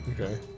okay